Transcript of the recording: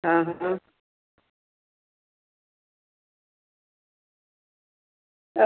હા હા